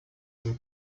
some